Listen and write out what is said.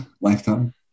lifetime